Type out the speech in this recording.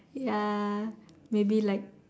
ya maybe like